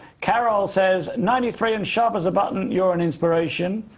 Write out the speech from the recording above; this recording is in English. carol says ninety three and sharp as a button, you're an inspiration.